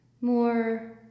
More